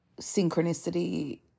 synchronicity